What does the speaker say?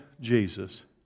Jesus